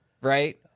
right